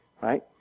right